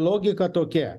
logika tokia